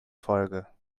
folge